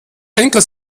henker